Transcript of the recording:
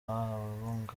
ababunganira